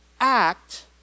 act